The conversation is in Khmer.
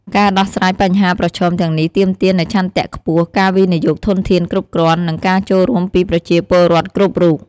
ការដោះស្រាយបញ្ហាប្រឈមទាំងនេះទាមទារនូវឆន្ទៈខ្ពស់ ការវិនិយោគធនធានគ្រប់គ្រាន់ និងការចូលរួមពីប្រជាពលរដ្ឋគ្រប់រូប។